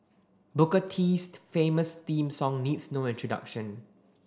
Booker T's famous theme song needs no introduction